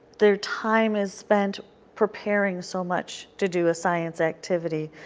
their time is spent preparing so much to do a science activity.